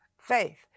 faith